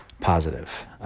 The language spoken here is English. positive